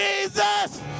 Jesus